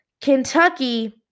Kentucky